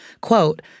Quote